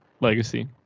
legacy